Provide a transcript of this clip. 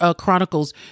Chronicles